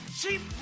cheap